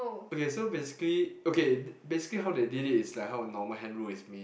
okay so basically okay basically how they did it is like how a normal hand roll is made